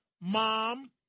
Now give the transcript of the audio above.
mom